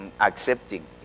accepting